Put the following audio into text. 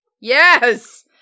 Yes